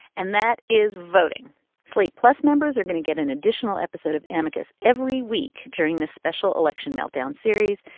and that is voting slate. plus, members are going to get an additional episode of amicus every week during this special election meltdown series.